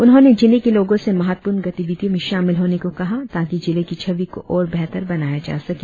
उन्होंने जिले के लोगों से महत्वपूर्ण गतिविधियों में शामिल होने को कहा ताकि जिले की छवि को और बेहतर बनाया जा सके